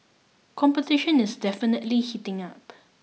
competition is definitely heating up